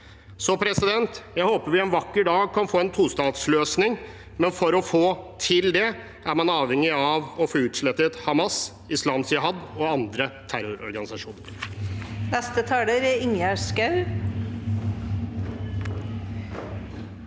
av gislene? Jeg håper vi en vakker dag kan få en tostatsløsning, men for å få til det er man avhengig av å få utslettet Hamas, Islamsk jihad og andre terrororganisasjoner.